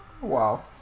Wow